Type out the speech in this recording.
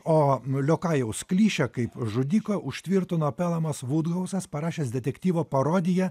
o liokajaus klišę kaip žudiką užtvirtino pelamas vudhausas parašęs detektyvo parodiją